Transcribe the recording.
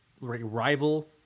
rival